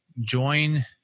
join